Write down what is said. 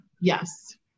yes